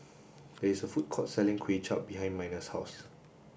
there is a food court selling Kuay Chap behind Miner's house